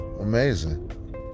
amazing